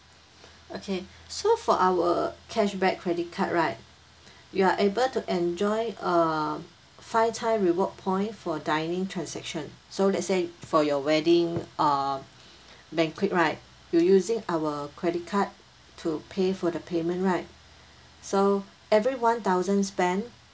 okay so for our cashback credit card right you are able to enjoy err five times reward point for dining transaction so let's say for your wedding err banquet right you using our credit card to pay for the payment right so every one thousand spent